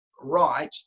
right